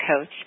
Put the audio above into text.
coach